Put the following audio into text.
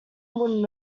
wooden